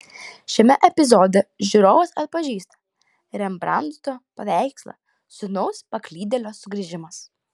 šiame epizode žiūrovas atpažįsta rembrandto paveikslą sūnaus paklydėlio sugrįžimas